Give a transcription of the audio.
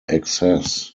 excess